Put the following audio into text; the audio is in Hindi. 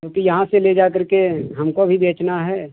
क्योंकि यहाँ से ले जा करके हमको भी बेचना है